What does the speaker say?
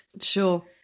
Sure